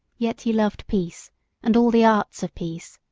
yet he loved peace and all the arts of peace.